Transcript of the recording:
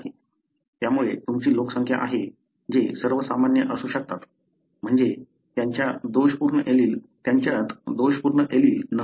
त्यामुळे तुमची लोकसंख्या आहे जे सर्व सामान्य असू शकतात म्हणजे त्यांच्यात दोषपूर्ण एलील नसू शकतात